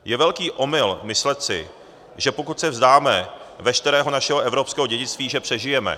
Je velký omyl myslet si, že pokud se vzdáme veškerého našeho evropského dědictví, že přežijeme.